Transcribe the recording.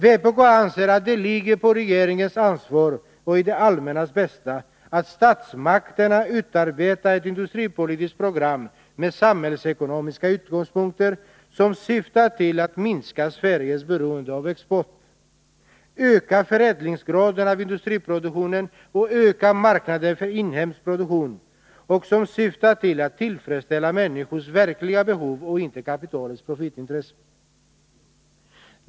Vpk anser att det ligger inom regeringens ansvar och är till det allmännas bästa att statsmakterna utarbetar ett industripolitiskt program med samhällsekonomiska utgångspunkter, som syftar till att minska Sveriges beroende av export, öka förädlingsgraden vad gäller industriproduktionen och öka marknaden för inhemsk produktion, och som vidare syftar till att tillfredsställa människors verkliga behov och inte kapitalets profitintressen.